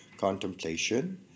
contemplation